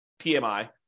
PMI